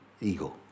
ego